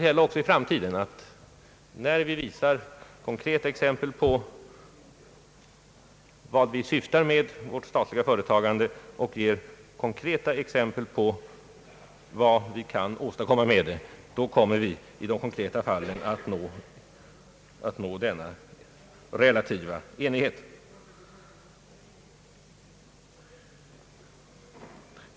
När vi i framtiden kan visa upp konkreta exempel på vad vi syftar till med det statliga företagandet och vad vi kan åstadkomma med det, kommer vi också att i de konkreta fallen uppnå denna relativa enighet.